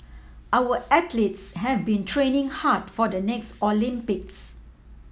our athletes have been training hard for the next Olympics